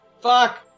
Fuck